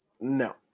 No